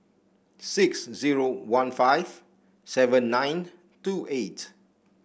six zero one five seven nine two eight